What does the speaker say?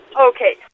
Okay